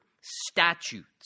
statutes